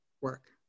work